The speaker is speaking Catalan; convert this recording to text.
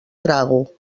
trago